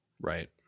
Right